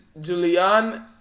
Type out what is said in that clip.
Julian